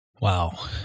Wow